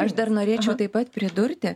aš dar norėčiau taip pat pridurti